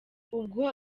ubwo